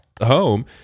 home